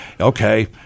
okay